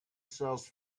sells